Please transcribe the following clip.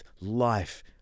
life